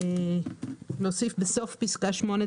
עניינה של פסקה (8)